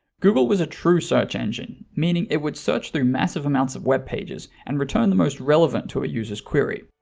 google was a true search engine, meaning it would search through massive amounts of web pages and return the most relevant to it a users query.